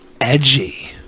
Edgy